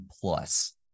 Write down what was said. plus